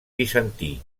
bizantí